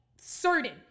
certain